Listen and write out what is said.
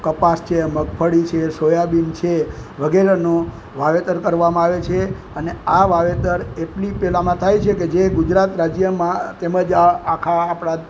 કપાસ છે મગફળી છે સોયાબીન છે વગેરેનો વાવેતર કરવામાં આવે છે અને આ વાવેતર એટલી પેલામાં થાય છે કે જે ગુજરાત રાજ્યમાં તેમજ આખા આપણા